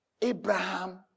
Abraham